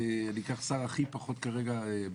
אני אקח שר הכי פחות בעייתי.